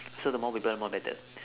so the more people the more better